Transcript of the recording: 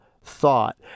thought